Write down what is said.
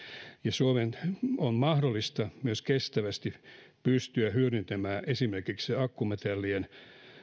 suomen on mahdollista myös kestävästi pystyä hyödyntämään esimerkiksi akkumetallien